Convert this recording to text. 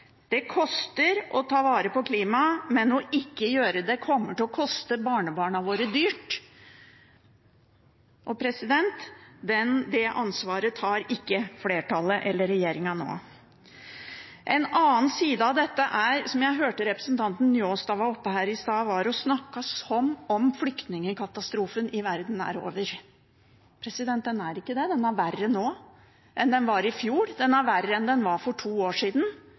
Det koster å ta vare på klima, men ikke å gjøre det kommer til å koste barnebarna våre dyrt. Det ansvaret tar ikke flertallet eller regjeringen nå. En annen side av dette er det jeg hørte representanten Njåstad var oppe og snakket om. Han snakket som om flyktningkatastrofen i verden er over. Den er ikke det. Den er verre nå enn den var i fjor. Den er verre enn den var for to år siden,